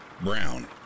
brown